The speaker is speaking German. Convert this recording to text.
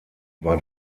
war